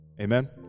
Amen